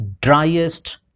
driest